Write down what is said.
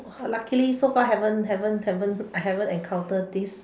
!wah! luckily so far haven't haven't haven't I haven't encounter this